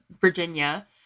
Virginia